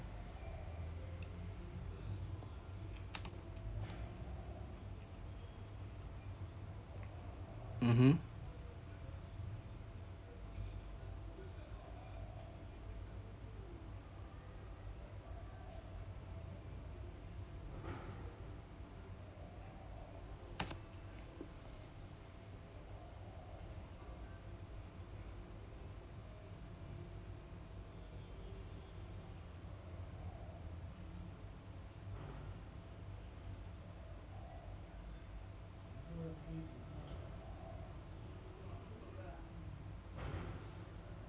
mmhmm